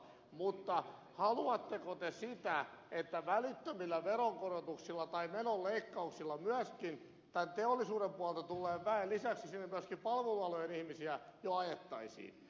mutta haluatteko te sitä että välittömillä veronkorotuksilla tai menonleikkauksilla tämän teollisuuden puolelta tulleen väen lisäksi sinne myöskin palvelualojen ihmisiä jo ajettaisiin